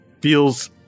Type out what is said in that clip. feels